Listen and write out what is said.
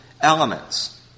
elements